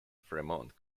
fremont